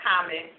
comment